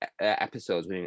episodes